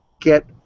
get